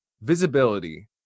visibility